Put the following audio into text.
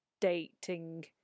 dating